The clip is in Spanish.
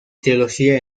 teología